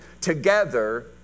together